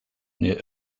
near